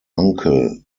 uncle